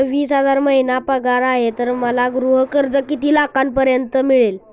मला वीस हजार महिना पगार आहे तर मला गृह कर्ज किती लाखांपर्यंत मिळेल?